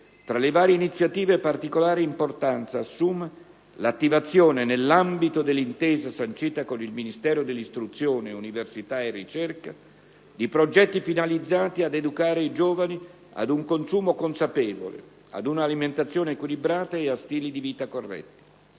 Tra le varie iniziative particolare importanza assume l'attivazione, nell'ambito dell'intesa sancita con il Ministero dell'istruzione, università e ricerca, di progetti finalizzati ad educare i giovani, ad un consumo consapevole, ad una alimentazione equilibrata e a stili di vita corretti.